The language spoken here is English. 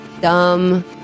dumb